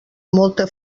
molta